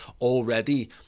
already